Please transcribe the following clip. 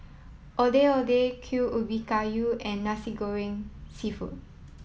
Ondeh Ondeh Kuih Ubi Kayu and Nasi Goreng Seafood